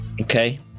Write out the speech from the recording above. okay